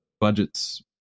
budgets